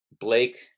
Blake